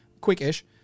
quick-ish